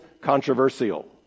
controversial